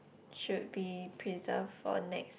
should be preserved for next